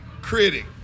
critic